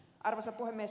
arvoisa puhemies